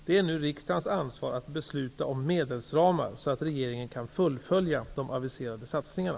Det är nu riksdagens ansvar att besluta om medelsramar så att regeringen kan fullfölja de aviserade satsningarna.